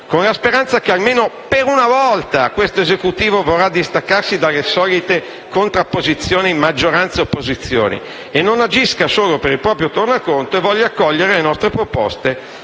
con la speranza che, almeno per una volta, questo Esecutivo vorrà distaccarsi dalle solite contrapposizioni maggioranza-opposizione e non agisca solo per il proprio tornaconto, e voglia accogliere le nostre proposte